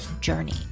journey